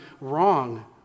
wrong